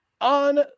On